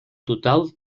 total